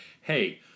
hey